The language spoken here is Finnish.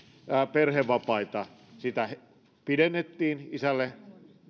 perhevapaita pidennettiin isälle